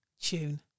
tune